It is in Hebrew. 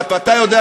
ואתה יודע,